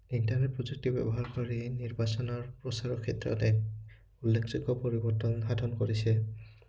internet প্ৰযুক্তি ব্যৱহাৰ কৰি নিৰ্বাচনৰ প্ৰচাৰৰ ক্ষেত্ৰত এক উল্লেখযোগ্য পৰিৱৰ্তন সাধন কৰিছে